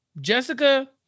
Jessica